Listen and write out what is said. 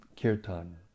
kirtan